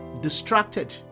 distracted